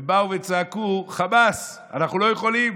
הם באו וצעקו חמס: אנחנו לא יכולים,